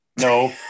no